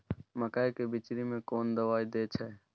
मकई के बिचरी में कोन दवाई दे छै?